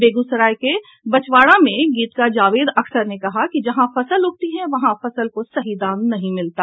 बेगेसराय के बछवाड़ा में गीतकार जावेद अख्तर ने कहा कि जहां फसल उगती है वहां फसल सही दाम नहीं मिलता